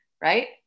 right